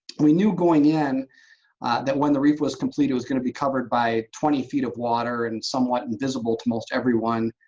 we knew going in that when the reef was completed it was going to be covered by twenty feet of water and somewhat invisible to most everyone,